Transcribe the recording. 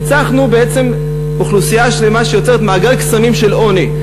הנצחנו בעצם אוכלוסייה שלמה שיוצרת מעגל קסמים של עוני.